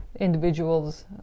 individuals